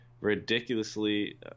ridiculously